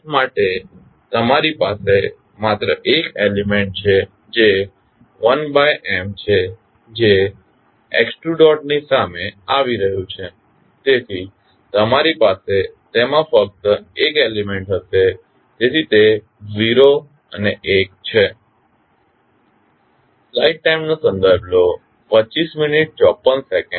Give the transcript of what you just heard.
f માટે તમારી પાસે માત્ર એક એલીમેન્ટ છે જે 1M છે જે x2 ની સામે આવી રહ્યું છે તેથી તમારી પાસે તેમાં ફક્ત એક એલીમેન્ટ હશે તેથી તે 0 અને 1 છે